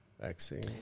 vaccine